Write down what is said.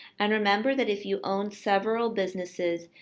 and remember that if you own several businesses,